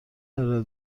ارائه